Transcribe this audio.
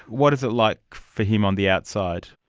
what is it like for him on the outside?